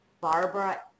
Barbara